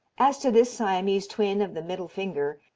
as to this siamese twin of the middle finger,